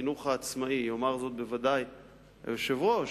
יאמר זאת בוודאי היושב-ראש,